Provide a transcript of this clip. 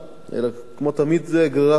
אלא כמו תמיד זה גרירת רגליים.